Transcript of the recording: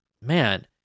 man